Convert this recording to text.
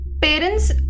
parents